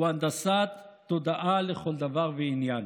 הוא הנדסת תודעה לכל דבר ועניין.